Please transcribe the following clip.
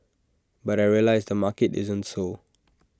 but I realised the market isn't so